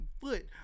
foot